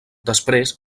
després